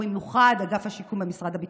ובמיוחד אגף השיקום במשרד הביטחון.